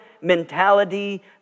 mentality